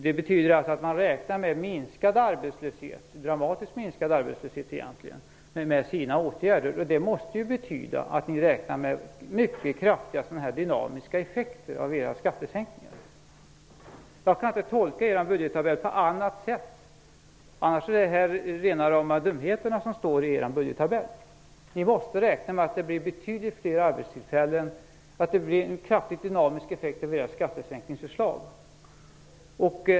Det betyder att man räknar med att få dramatiskt minskad arbetslöshet med sina egna åtgärder. Det måste betyda att ni räknar med mycket kraftiga dynamiska effekter av era skattesänkningar. Jag kan inte tolka er budgettabell på annat sätt. Annars är det rena rama dumheterna som står i er budgettabell. Ni måste räkna med att det blir betydligt fler arbetstillfällen och att era skattesänkningsförslag ger kraftiga dynamiska effekter.